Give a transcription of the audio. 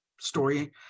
story